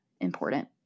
important